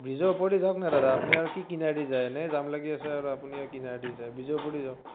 ব্ৰিজৰ ওপৰেদি যাওক না দাদা আপুনি আৰু কি কিনাৰেদি যায় এনে আৰু জাম লাগি আছে আৰু আপুনি আৰু কিনাৰেদি যায় ব্ৰিজৰ ওপৰেদি যাওক